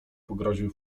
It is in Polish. pogroził